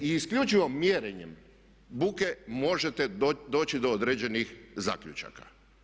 I isključivo mjerenjem buke možete doći do određenih zaključaka.